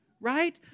Right